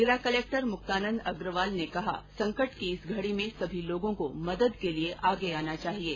जिला कलेक्टर मुक्तानंद अग्रवाल ने कहा कि संकट की इस घड़ी में सभी लोगों को मदद के लिये आगे आना चाहिये